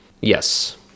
Yes